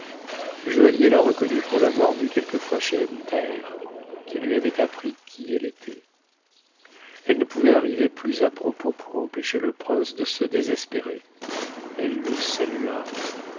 joaillier la reconnut pour t'avoir vue quelquefois chez ebn thaher qui lui avait appris qui cite était elle ne pouvait arriver plus à propos pour empêcher le prince de se désespérer elle le salua